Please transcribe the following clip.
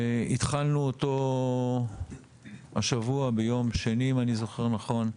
התחלנו אותו השבוע ביום שני, אם אני זוכר נכון.